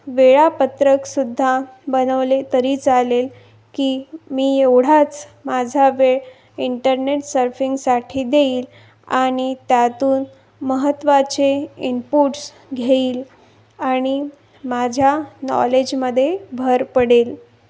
वेळापत्रकसुद्धा बनवले तरी चालेल की मी एवढाच माझा वेळ इंटरनेट सर्फिंगसाठी देईल आणि त्यातून महत्त्वाचे इनपुट्स घेईल आणि माझ्या नॉलेजमध्ये भर पडेल